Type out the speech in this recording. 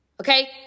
okay